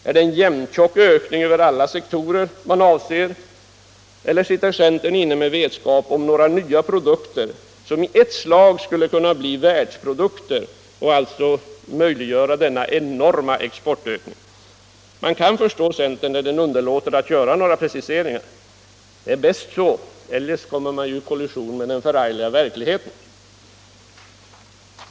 Är det en jämntjock ökning över alla sektorer man avser, eller sitter centern inne med vetskap om några nya produkter som i ett slag skulle kunna bli världsprodukter och alltså möjliggöra denna exportökning? Man kan förstå centern när den underlåter att göra några preciseringar. Det är bäst så, eljest kommer man i kollision med den förargliga verkligheten.